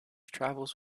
travels